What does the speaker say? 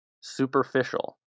superficial